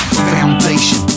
Foundation